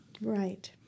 Right